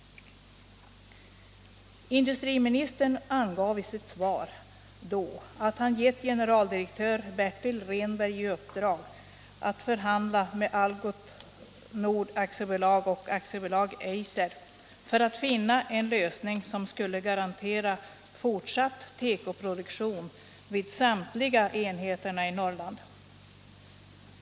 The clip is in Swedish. Industriministern angav i sitt svar då att han gett generaldirektör Bertil Rehnberg i uppdrag att förhandla med Algots Nord AB och AB Eiser för att finna en lösning som skulle garantera fortsatt tekoproduktion vid samtliga enheter i Norrland.